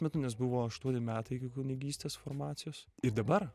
metu nes buvo aštuoni metai iki kunigystės formacijos ir dabar